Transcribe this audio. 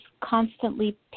constantly